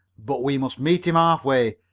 but we must meet him half way.